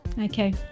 Okay